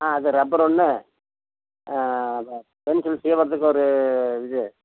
ஆ அந்த ரப்பர் ஒன்று ஆ ப பென்சில் சீவறதுக்கு ஒரு இது